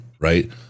Right